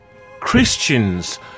Christians